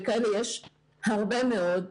וכאלה יש הרבה מאוד,